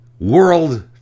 world